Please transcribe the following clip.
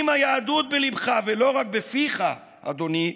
אם היהדות בליבך ולא רק בפיך, אדוני,